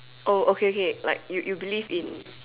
oh okay okay like you you believe in